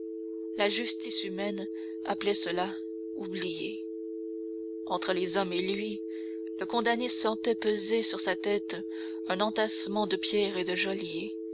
la justice humaine appelait cela oublier entre les hommes et lui le condamné sentait peser sur sa tête un entassement de pierres et de